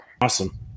Awesome